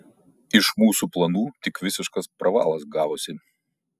iš mūsų planų tik visiškas pravalas gavosi